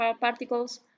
particles